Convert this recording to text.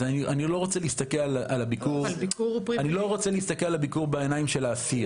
אני לא רוצה להסתכל על הביקור בעיניים של האסיר.